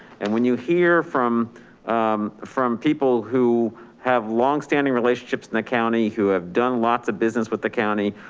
and when you hear from from people who have long standing relationships in the county, who have done lots of business with the county,